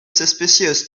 suspicious